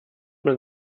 man